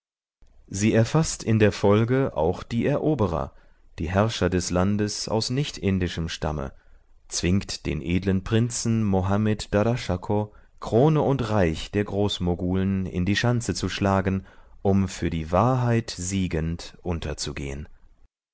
sie erfaßt in der folge auch die eroberer die herrscher des landes aus nichtindischem stamme zwingt den edlen prinzen mohammed daraschakoh krone und reich der großmoguln in die schanze zu schlagen um für die wahrheit siegend unterzugehen